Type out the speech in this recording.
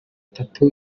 atatu